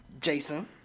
Jason